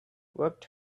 worked